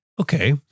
Okay